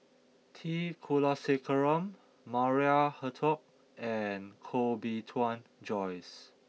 T Kulasekaram Maria Hertogh and Koh Bee Tuan Joyce